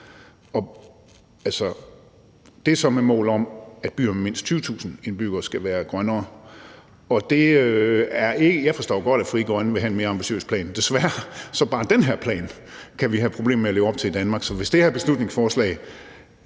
Det er så med et mål om, at byer med mindst 20.000 indbyggere skal være grønnere. Jeg forstår godt, at Frie Grønne vil have en mere ambitiøs plan. Desværre kan vi her i Danmark have problemer med bare at leve op til den